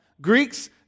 Greeks